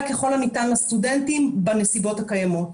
ככל הניתן לסטודנטים בנסיבות הקיימות.